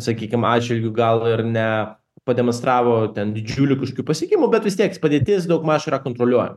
sakykim atžvilgiu gal ir nepademonstravo ten didžiulių kažkokių pasiekimų bet vis tiek padėtis daugmaž yra kontroliuojama